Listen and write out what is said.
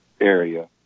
area